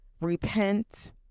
repent